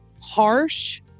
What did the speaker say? harsh